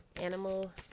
animal